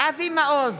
אבי מעוז,